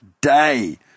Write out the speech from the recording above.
day